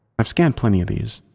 i've scanned plenty of these,